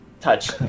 Touch